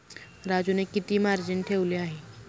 राजूने किती मार्जिन ठेवले आहे?